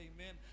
amen